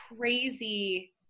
crazy